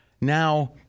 Now